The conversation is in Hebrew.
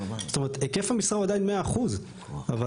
זאת